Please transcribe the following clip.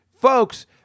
Folks